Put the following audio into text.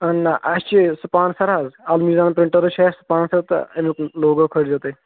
اۭں نہ اَسہِ چھِ سٕپانسَر حظ المیٖران پِرٛنٹٲرٕز چھِ اَسہِ سٕپانسَر تہٕ اَمیُک لوگو کھٲلۍزیو تُہۍ